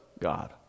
God